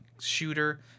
shooter